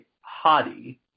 Hadi